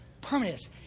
permanent